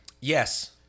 Yes